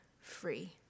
free